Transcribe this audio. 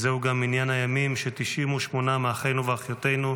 וזהו גם מניין הימים ש-98 מאחינו ואחיותינו,